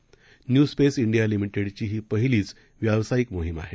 new space ष्टिया लिमिटेडची ही पहिलीच व्यावसायिक मोहीम आहे